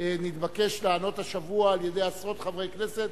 נתבקש לענות השבוע על-ידי עשרות חברי כנסת